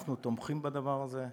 אנחנו תומכים בדבר הזה,